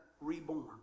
reborn